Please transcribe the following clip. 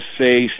say